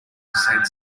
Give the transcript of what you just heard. descent